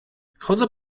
chodzę